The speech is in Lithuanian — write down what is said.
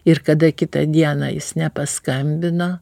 ir kada kitą dieną jis nepaskambino